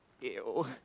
Ew